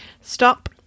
Stop